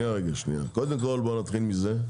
בוא נתחיל מזה,